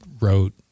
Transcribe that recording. wrote